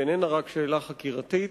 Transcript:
ואיננה רק שאלה חקירתית.